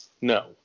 no